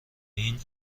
این